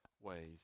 ways